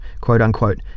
quote-unquote